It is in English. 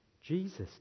Jesus